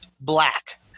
black